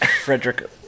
Frederick